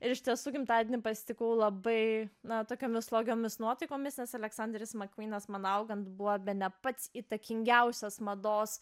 ir iš tiesų gimtadienį pasitikau labai na tokiomis slogiomis nuotaikomis aleksanderis makvynas man augant buvo bene pats įtakingiausias mados